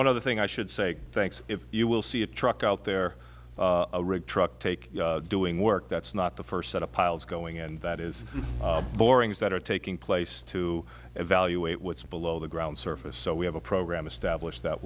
one other thing i should say thanks if you will see a truck out there a rig truck take doing work that's not the first set of piles going and that is rings that are taking place to evaluate what's below the ground surface so we have a program established that